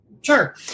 Sure